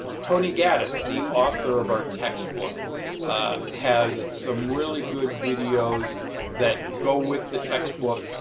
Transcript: tony gaddis, the author of our textbook has some really good videos that go with the textbook.